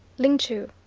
ling chu,